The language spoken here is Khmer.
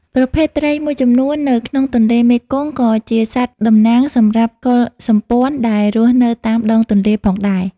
ប្រភេទត្រីមួយចំនួននៅក្នុងទន្លេមេគង្គ ក៏ជាសត្វតំណាងសម្រាប់កុលសម្ព័ន្ធដែលរស់នៅតាមដងទន្លេផងដែរ។